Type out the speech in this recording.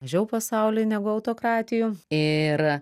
mažiau pasauly negu autokratijų ir